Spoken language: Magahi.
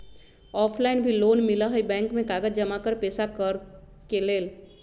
ऑफलाइन भी लोन मिलहई बैंक में कागज जमाकर पेशा करेके लेल?